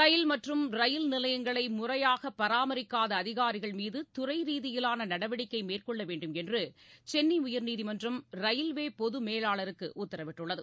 ரயில் மற்றும் ரயில் நிலையங்களை முறையாக பராமரிக்காத அதிகாரிகள்மீது துறை ரீதியிலான நடவடிக்கை மேற்கொள்ள வேண்டும் என்று சென்னை உயர்நீதிமன்றம் ரயில்வே பொது மேலாளருக்கு உத்தரவிட்டுள்ளது